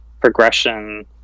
progression